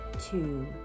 two